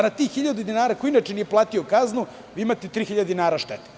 Na tih hiljadu dinara, koliko inače nije platio kaznu, vi imate tri hiljade dinara štete.